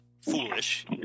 foolish